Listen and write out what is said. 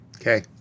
Okay